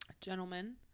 gentlemen